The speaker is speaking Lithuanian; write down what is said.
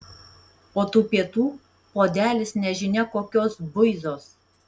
o tų pietų puodelis nežinia kokios buizos